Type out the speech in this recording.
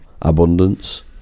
Abundance